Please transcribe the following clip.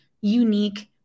unique